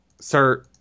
Sir